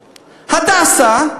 "הדסה",